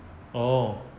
oh